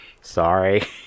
Sorry